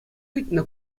ыйтнӑ